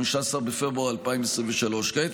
15 בפברואר 2023. כעת,